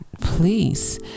please